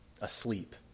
asleep